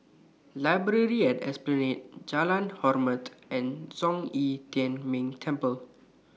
Library At Esplanade Jalan Hormat and Zhong Yi Tian Ming Temple